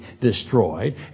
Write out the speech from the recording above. destroyed